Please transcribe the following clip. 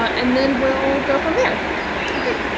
and then we'll go from there okay